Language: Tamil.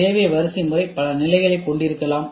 தேவை வரிசைமுறை பல நிலைகளைக் கொண்டிருக்கலாம்